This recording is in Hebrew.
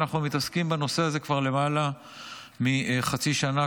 אנחנו מתעסקים בנושא הזה כבר למעלה מחצי שנה,